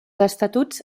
estatuts